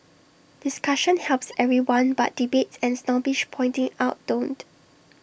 discussion helps everyone but debates and snobbish pointing out don't